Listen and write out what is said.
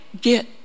get